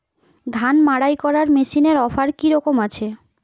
ধান মাড়াই করার মেশিনের অফার কী রকম আছে?